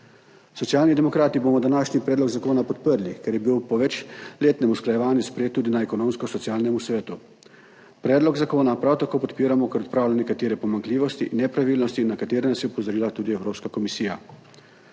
Socialni demokrati bomo današnji predlog zakona podprli, ker je bil po večletnem usklajevanju sprejet tudi na Ekonomsko-socialnemu svetu. Predlog zakona prav tako podpiramo, ker odpravlja nekatere pomanjkljivosti in nepravilnosti, na katere nas je opozorila tudi Evropska komisija.